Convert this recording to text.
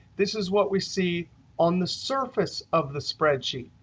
this is what we see on the surface of the spreadsheet.